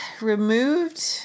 removed